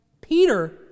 Peter